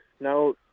now